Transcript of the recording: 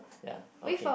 ya okay